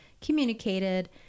communicated